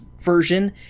version